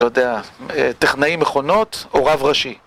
לא יודע, טכנאי מכונות או רב ראשי.